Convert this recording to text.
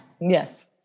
Yes